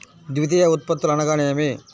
ద్వితీయ ఉత్పత్తులు అనగా నేమి?